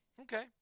Okay